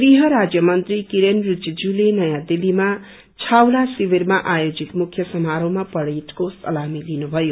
गृह राज्यमंत्री किर रिजिजुले नयाँ दिलीमा छावनला शिविरामा आयोजित मुख्य समारोहमा रेडाको सलामी लिनुभयो